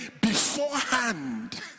beforehand